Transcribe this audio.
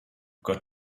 got